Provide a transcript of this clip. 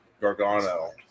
Gargano